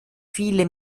viele